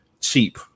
cheap